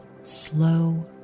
slow